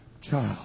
child